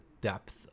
depth